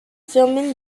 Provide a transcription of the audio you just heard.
firmin